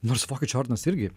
nors vokiečių ordinas irgi